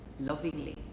lovingly